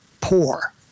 poor